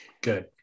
Good